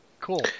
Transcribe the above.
Cool